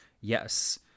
Yes